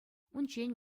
унччен